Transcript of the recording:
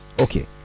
Okay